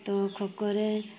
ତ ଖୋକୋରେ